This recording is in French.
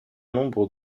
nombre